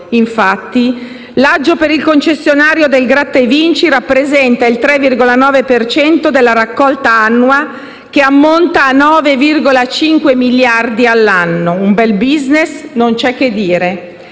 Infatti, l'aggio per il concessionario del gratta e vinci rappresenta il 3,9 per cento della raccolta annua, che ammonta a 9,5 miliardi all'anno. Un bel *business*, non c'è che dire.